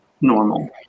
normal